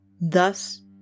Thus